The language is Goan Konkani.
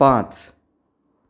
पांच